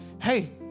hey